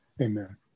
Amen